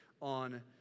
on